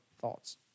thoughts